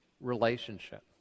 relationship